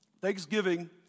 Thanksgiving